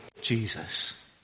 Jesus